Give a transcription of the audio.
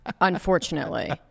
unfortunately